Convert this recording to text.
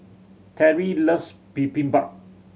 Terrie loves Bibimbap